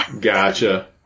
Gotcha